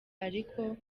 ariko